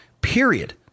period